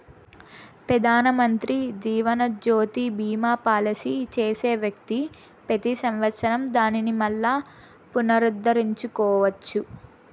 పెదానమంత్రి జీవనజ్యోతి బీమా పాలసీ చేసే వ్యక్తి పెతి సంవత్సరం దానిని మల్లా పునరుద్దరించుకోవచ్చు